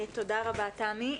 תודה רבה, תמי.